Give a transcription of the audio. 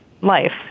life